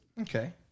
Okay